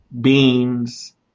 beans